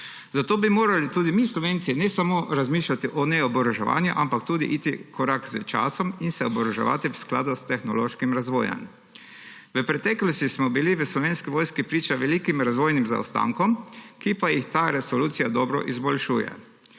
Zato bi morali tudi mi Slovenci ne samo razmišljati o oboroževanju, ampak tudi iti v korak s časom in se oboroževati v skladu s tehnološkim razvojem. V preteklosti smo bili v Slovenski vojski priča velikim razvojnim zaostankom, ki pa jih ta resolucija dobro izboljšuje.